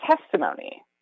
testimony